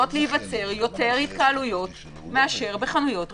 יכולות להיווצר יותר התקהלויות מאשר בחנויות רחוב.